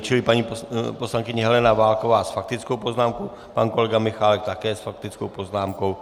Čili paní poslankyně Helena Válková s faktickou poznámkou, pan kolega Michálek také s faktickou poznámkou.